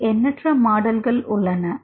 அதில் எண்ணற்ற மாடல்கள் உள்ளன